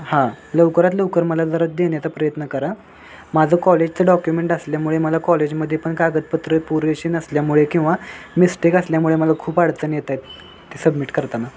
हां लवकरात लवकर मला जरा देण्याचा प्रयत्न करा माझं कॉलेजचं डॉक्युमेंट असल्यामुळे मला कॉलेजमध्ये पण कागदपत्रं पुरेशी नसल्यामुळे किंवा मिस्टेक असल्यामुळे मला खूप अडचणी येत आहेत ते सबमिट करताना